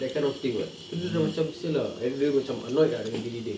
that kind of thing [what] then dia dah macam [sial] lah abeh dia macam annoyed ah dengan diri dia